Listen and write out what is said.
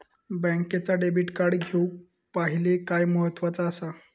बँकेचा debit card घेउक पाहिले काय महत्वाचा असा?